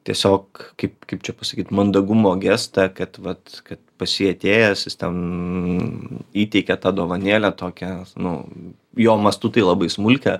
tiesiog kaip kaip čia pasakyt mandagumo gestą kad vat kad pas jį atėjęs jis ten įteikė tą dovanėlę tokią nu jo mastu tai labai smulkią